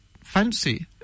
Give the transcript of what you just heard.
fancy